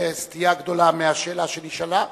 זו סטייה גדולה מהשאלה שנשאלה.